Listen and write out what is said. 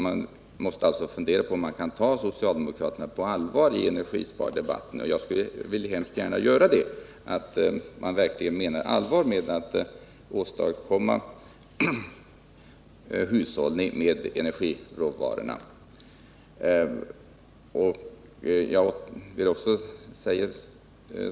Jag undrar alltså om man kan ta socialdemokraterna på allvar i energispardebatten, vilket jag gärna vill göra. Jag hoppas verkligen att man menar allvar när man säger sig vilja hushålla med energiråvarorna.